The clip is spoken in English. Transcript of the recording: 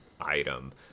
item